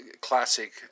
Classic